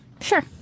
Sure